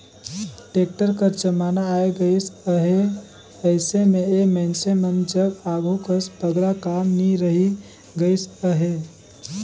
tractor कर जमाना आए गइस अहे, अइसे मे ए मइनसे मन जग आघु कस बगरा काम नी रहि गइस अहे